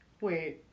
Wait